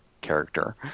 character